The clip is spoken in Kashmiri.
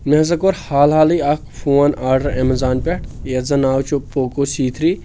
مےٚ ہسا کوٚر حال حالے اکھ فون آڈر ایٚمیٚزان پٮ۪ٹھ یتھ زن ناو چھُ پوکو سی تھری